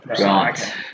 Right